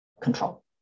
control